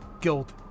guilt